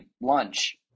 lunch